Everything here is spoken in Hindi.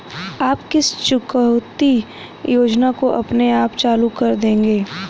आप किस चुकौती योजना को अपने आप चालू कर देंगे?